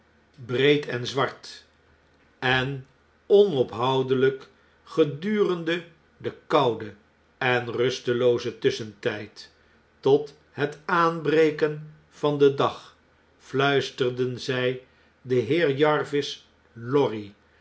breed en zwart en onophoudelijk gedurende den kouden en rusteloozen tusschentgd tot het aanbreken van den dag fluisterden zg den heer jarvis lorry